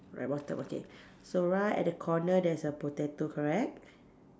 alright bottom okay so right at the corner there's a potato correct